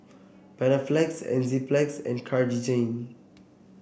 Panaflex Enzyplex and Cartigain